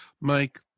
Mike